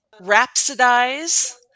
rhapsodize